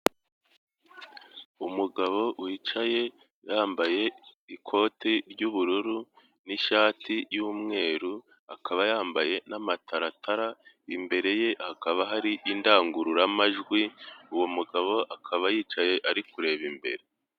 Umugabo wicaye yambaye ikoti ry'ubururu n'ishati y'umweru, akaba yambaye n'amataratara, imbere ye, hakaba hari indangururamajwi, uwo mugabo akaba yicaye ari kureba imbere.